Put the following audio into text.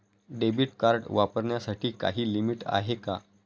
Debit card वापरण्यासाठी काही limit आहे का?